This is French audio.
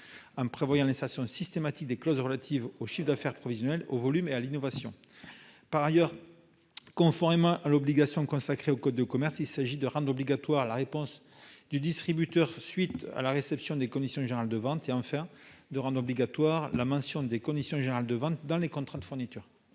en prévoyant l'insertion systématique de clauses relatives au chiffre d'affaires prévisionnel, aux volumes, à l'innovation. Conformément à l'obligation consacrée dans le code de commerce, il convient également de rendre obligatoires la réponse du distributeur à la suite de la réception des conditions générales de vente ainsi que la mention des conditions générales de vente dans le contrat de fourniture.